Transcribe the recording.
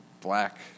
black